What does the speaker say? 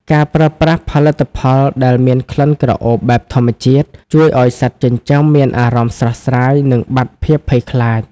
ការប្រើប្រាស់ផលិតផលដែលមានក្លិនក្រអូបបែបធម្មជាតិ ជួយឱ្យសត្វចិញ្ចឹមមានអារម្មណ៍ស្រស់ស្រាយ និងបាត់ភាពភ័យខ្លាច។